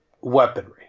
weaponry